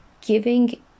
giving